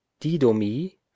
didomi